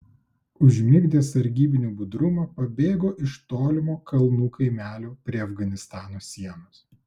užmigdęs sargybinių budrumą pabėgo iš tolimo kalnų kaimelio prie afganistano sienos